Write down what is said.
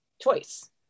choice